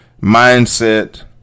mindset